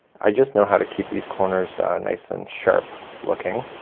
i just know how to keep these corners nice and sharp looking.